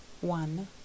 one